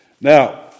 Now